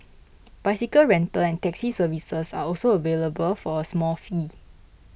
bicycle rental and taxi services are also available for a small fee